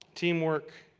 team work.